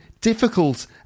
difficult